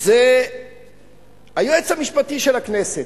זה היועץ המשפטי של הכנסת.